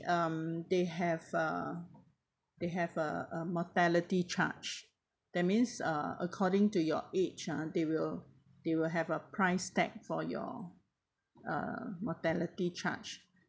um they have a they have a a mortality charge that means uh according to your age ah they will they will have a price tag for your uh mortality charge